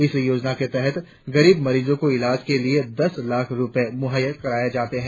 इस योजना के तहत गरीब मरीजो को इलाज के लिए दस लाख रुपए मुहैया कराये जाते है